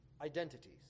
identities